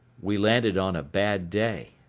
we landed on a bad day.